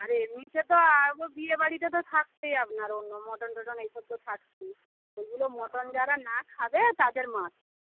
আর এমনিতে তো বিয়েবাড়িতে তো থাকছেই আপনার অন্য মটন টটন এইসব তো থাকছেই ওইগুলো মটন যারা না খাবে তাদের মাছ